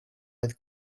oedd